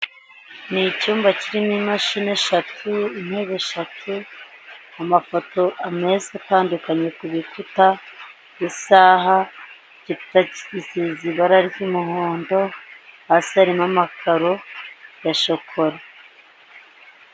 Ni icyumba kirimo imashini eshatu, intebe eshatu, amafoto ameza atandukanye ku gikuta isaha igikuta gisize ibara ry'umuhondo hasi harimo amakaro ya shokora.